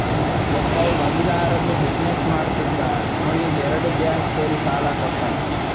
ಒಬ್ಬವ್ ಬಂಗಾರ್ದು ಬಿಸಿನ್ನೆಸ್ ಮಾಡ್ತಿದ್ದ ಅವ್ನಿಗ ಎರಡು ಬ್ಯಾಂಕ್ ಸೇರಿ ಸಾಲಾ ಕೊಟ್ಟಾರ್